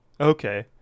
Okay